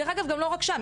דרך אגב לא רק שם,